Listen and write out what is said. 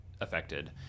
affected